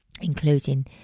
including